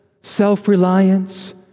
self-reliance